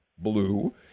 blue